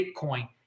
Bitcoin